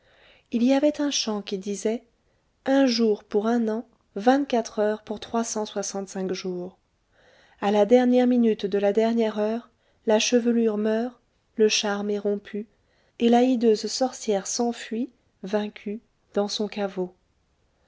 il y avait un chant qui disait un jour pour un an vingt-quatre heures pour trois cent soixante-cinq jours a la dernière minute de la dernière heure la chevelure meurt le charme est rompu et la hideuse sorcière s'enfuit vaincue dans son caveau